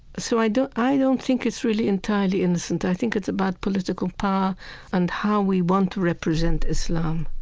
so i don't i don't think it's really entirely innocent. i think it's about political power and how we want to represent islam